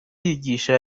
yigisha